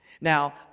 Now